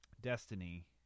Destiny